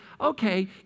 okay